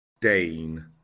Dane